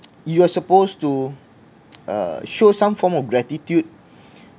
you are supposed to uh show some form of gratitude